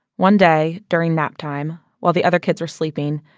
one day, during naptime while the other kids were sleeping,